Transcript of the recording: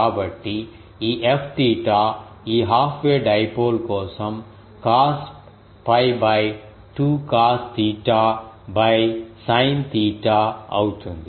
కాబట్టి ఈ Fθ ఈ హాఫ్ వే డైపోల్ కోసం cos 𝜋 2 cos theta sine theta అవుతుంది